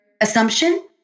assumption